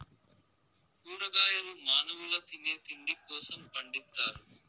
కూరగాయలు మానవుల తినే తిండి కోసం పండిత్తారు